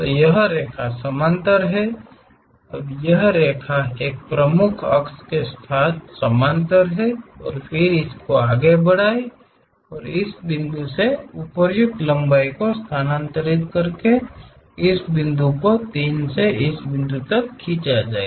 तो यह रेखा समानांतर है अब यह रेखा एक और प्रमुख अक्ष के साथ समानांतर है और फिर इसे आगे बढ़ाएं और इस बिंदु से उपयुक्त लंबाई को स्थानांतरित करके इस बिंदु को 3 से इस बिंदु तक खींचा जाए